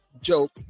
joke